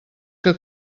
que